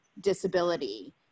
disability